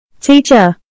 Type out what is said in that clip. Teacher